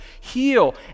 heal